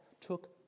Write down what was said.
took